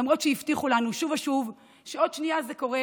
למרות שהבטיחו לנו שוב ושוב שעוד שנייה זה קורה,